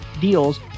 deals